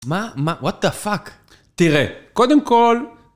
מה? מה? וואט דה פאק? תראה, קודם כל...